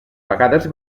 vegades